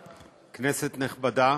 כנסת נכבדה,